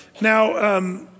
Now